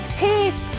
peace